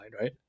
right